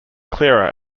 clearer